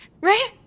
right